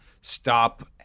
stop